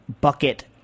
bucket